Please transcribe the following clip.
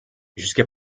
jusqu’à